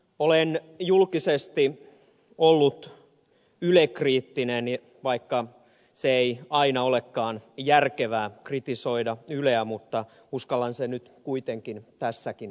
olen julkisesti ollut yle kriittinen ja vaikka ei aina olekaan järkevää kritisoida yleä uskallan sen nyt kuitenkin tässäkin tehdä